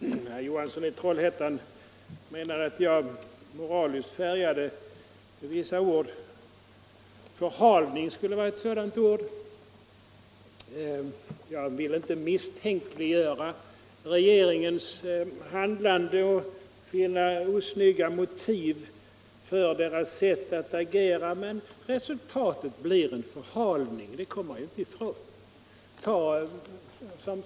Fru talman! Herr Johansson i Trollhättan menade att jag moraliskt färgade vissa ord. ”Förhalning” skulle vara ett sådant ord. Jag vill inte misstänkliggöra regeringens handlande och finna osnygga motiv för dess sätt att agera, men att resultatet blir en förhalning kommer man inte ifrån.